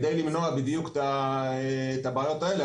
כדי למנוע בדיוק את הבעיות אלה.